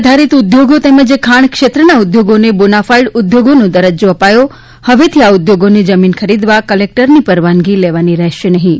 આધારિત ઉદ્યોગ તેમજ ખાણ ક્ષેત્રના ઉદ્યોગોને બોનાફાઇડ ઉદ્યોગોનો દરજ્જો અપાથો હવેથી આ ઉદ્યોગોને જમીન ખરીદવા કલેકટરની પરવાનગી લેવાની રહેશે નહિં